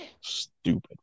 Stupid